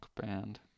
band